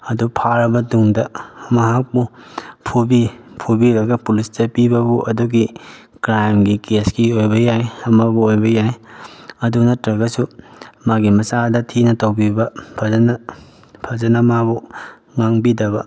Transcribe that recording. ꯑꯗꯨ ꯐꯥꯔꯕ ꯇꯨꯡꯗ ꯃꯍꯥꯛꯄꯨ ꯐꯨꯕꯤ ꯐꯨꯕꯤꯔꯒ ꯄꯨꯂꯤꯁꯇ ꯄꯤꯕꯕꯨ ꯑꯗꯨꯒꯤ ꯀ꯭ꯔꯥꯏꯝꯒꯤ ꯀꯦꯁꯀꯤ ꯑꯣꯏꯕ ꯌꯥꯏ ꯑꯃꯕꯨ ꯑꯣꯏꯕ ꯌꯥꯏ ꯑꯗꯨ ꯅꯠꯇ꯭ꯔꯒꯁꯨ ꯃꯥꯒꯤ ꯃꯆꯥꯗ ꯊꯤꯅ ꯇꯧꯕꯤꯕ ꯐꯖꯅ ꯐꯖꯅ ꯃꯥꯕꯨ ꯉꯥꯡꯕꯤꯗꯕ